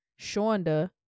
Shonda